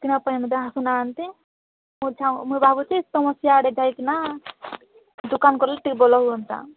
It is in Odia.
କିଣିବା ପାଇଁ ଲୋକ ଆସୁନାହାନ୍ତି ମୁଁ ମୁଁ ଭାବୁଛି ତମ ସିଆଡ଼େ ଯାଇକିନା ଦୋକାନ୍ କଲେ ଟିକେ ଭଲ ହୁଅନ୍ତା